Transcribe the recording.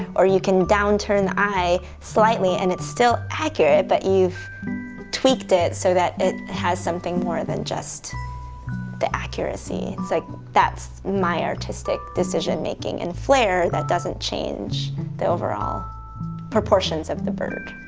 or you can downturn the eye slightly and it's still accurate but you've tweaked it so that it has something more than just the accuracy. it's like that's my artistic decision making and flair that doesn't change the overall proportions of the bird.